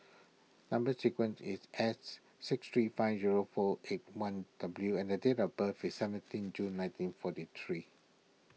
Number Sequence is S six three five zero four eight one W and the date of birth is seventeen June nineteen forty three